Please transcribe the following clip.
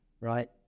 right